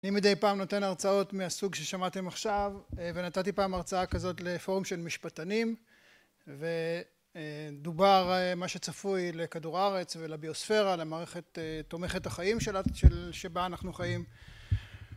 אני מדי פעם נותן הרצאות מהסוג ששמעתם עכשיו ונתתי פעם הרצאה כזאת לפורום של משפטנים ודובר מה שצפוי לכדור הארץ ולביוספירה למערכת תומכת החיים שבה אנחנו חיים